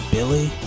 Billy